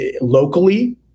locally